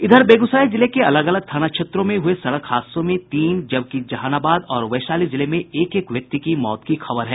इधर बेगूसराय जिले के अलग अलग थाना क्षेत्रों में हुए सड़क हादसों में तीन जबकि जहानाबाद और वैशाली जिले में एक एक व्यक्ति की मौत की खबर है